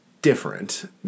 different